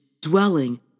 dwelling